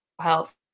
health